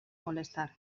molestar